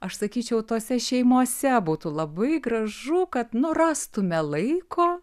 aš sakyčiau tose šeimose būtų labai gražu kad nu rastume laiko